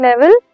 level